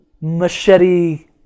machete